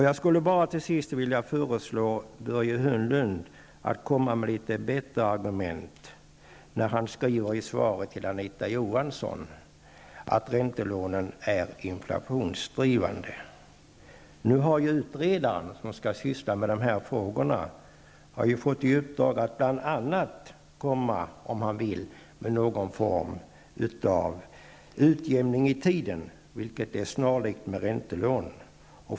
Jag skulle till sist bara vilja föreslå Börje Hörnlund att komma med litet bättre argument än när han i svaret till Anita Johansson skriver att räntelånen är inflationsdrivande. Nu har ju den utredare som skall arbeta med dessa frågor bl.a. fått i uppdrag att, om han vill det, föreslå någon form av utjämning över tiden, något som är snarlikt räntelånen.